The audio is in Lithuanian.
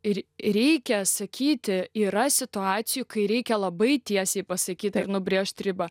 ir reikia sakyti yra situacijų kai reikia labai tiesiai pasakyt ar nubrėžti ribą